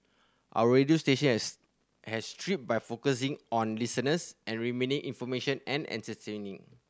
our radio station has has thrived by focusing on listeners and remaining information and entertaining